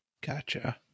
Gotcha